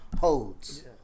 holds